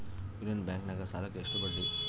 Union ಬ್ಯಾಂಕಿನಾಗ ಸಾಲುಕ್ಕ ಎಷ್ಟು ಬಡ್ಡಿ?